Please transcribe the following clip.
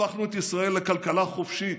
הפכנו את ישראל לכלכלה חופשית,